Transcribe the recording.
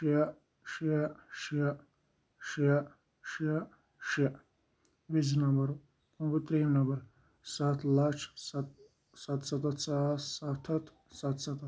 شےٚ شےٚ شےٚ شےٚ شےٚ شےٚ گٔے زٕ نَمبَر وۄنۍ گوٚو تریٚیِم نمبر سَتھ لَچھ ست سَتسَتتھ ساس سَتھ ہتھ سَتسَتتھ